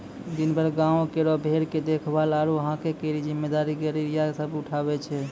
दिनभर गांवों केरो भेड़ के देखभाल आरु हांके केरो जिम्मेदारी गड़ेरिया सब उठावै छै